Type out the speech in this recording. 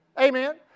Amen